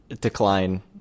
decline